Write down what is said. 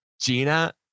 Gina